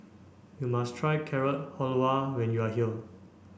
you must try Carrot Halwa when you are here